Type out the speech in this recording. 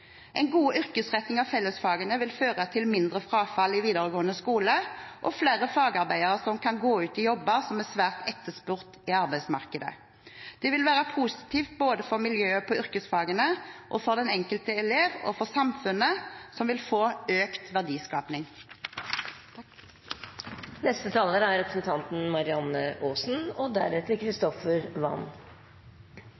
En god yrkesretting av fellesfagene vil føre til mindre frafall i videregående skole og flere fagarbeidere som kan gå ut i jobber som er svært etterspurt i arbeidsmarkedet. Dette vil være positivt både for miljøet på yrkesfag, for den enkelte elev og for samfunnet, som vil få økt